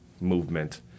movement